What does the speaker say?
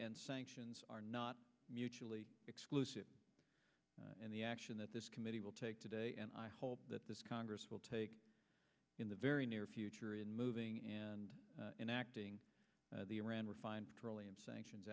and sanctions are not mutually exclusive and the action that this committee will take today and i hope that this congress will take in the very near future in moving and enacting the iran refined petroleum sanctions